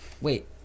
Wait